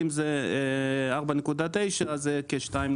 אם זה 4.9, המחיר הוא כ-2.45.